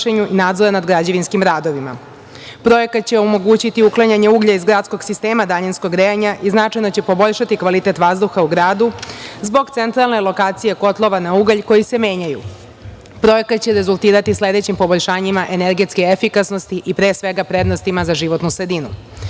nadzora nad građevinskim radovima. Projekat će omogućiti uklanjanje uglja iz gradskog sistema daljinskog grejanja i značajno će poboljšati kvalitet vazduha u gradu, zbog centralne lokacije kotlova na ugalj, koji se menjaju. Projekat će rezultirati sledećim poboljšanjima energetske efikasnosti i pre svega prednostima za životnu sredinu. Ukupna